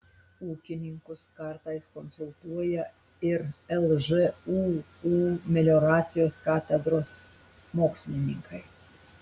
ūkininkus kartais konsultuoja ir lžūu melioracijos katedros mokslininkai